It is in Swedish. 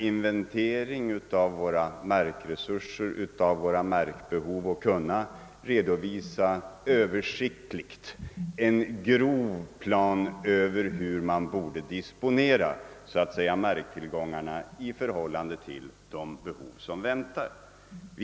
Meningen är att kunna redovisa en grov plan för hur marktillgångarna bör disponeras i förhållande till de behov som kommer att föreligga.